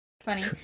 funny